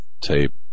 tape